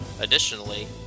Additionally